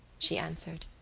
she answered,